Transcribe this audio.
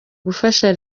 gufasha